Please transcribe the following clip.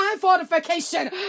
fortification